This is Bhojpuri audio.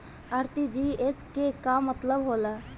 आर.टी.जी.एस के का मतलब होला?